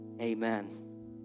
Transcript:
Amen